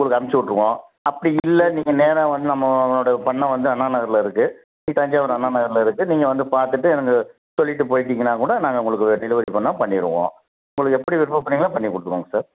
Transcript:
உங்களுக்கு அமைச்சு விட்ருவோம் அப்படி இல்லை நீங்கள் நேராக வந்து நம்மளோட பண்ணை வந்து அண்ணா நகரில் இருக்கு இங்கே தஞ்சாவூர் அண்ணா நகரில் இருக்கு நீங்கள் வந்து பார்த்துட்டு எனக்கு சொல்லிவிட்டு போயிட்டீங்கன்னா கூட நாங்கள் உங்களுக்கு டெலிவரி பண்ணுன்னா பண்ணிருவோம் உங்களுக்கு எப்படி விருப்பப்படுறீங்களோ பண்ணிக் கொடுத்துருவோங்க சார்